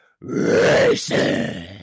racing